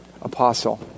apostle